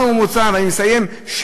אני מסיים.